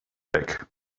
back